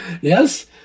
Yes